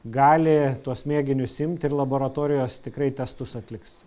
gali tuos mėginius imti ir laboratorijos tikrai testus atliks